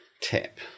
tip